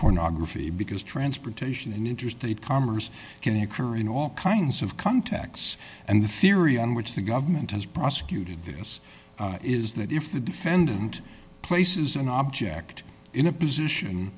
porn or graphy because transportation and interstate commerce can occur in all kinds of contacts and the theory on which the government has prosecuted this is that if the defendant places an object in a position